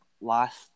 Last